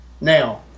Now